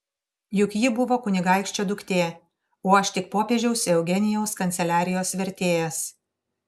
juk ji buvo kunigaikščio duktė o aš tik popiežiaus eugenijaus kanceliarijos vertėjas